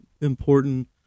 important